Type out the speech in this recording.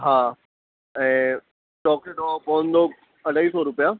हा ऐं चॉक्लेट वारो पवंदो अढाई सौ रुपिया